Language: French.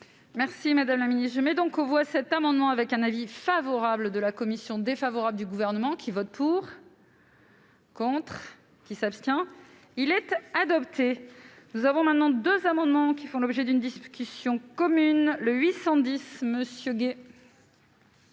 Merci, Madame la Ministre, je mets donc aux voix cet amendement avec un avis favorable de la commission défavorable du gouvernement qui vote pour. Contre qui s'abstient-il être adopté, nous avons maintenant 2 amendements qui font l'objet d'une discussion commune le 810 Monsieur Gay.